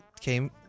came